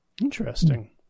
Interesting